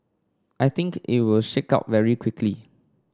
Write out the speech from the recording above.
I think it will shake out very quickly